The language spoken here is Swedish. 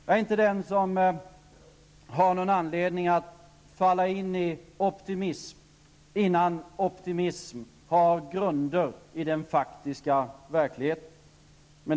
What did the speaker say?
Jag har inte någon anledning att falla in i optimism, innan optimismen men har grund i den faktiska verkligheten.